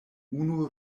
unu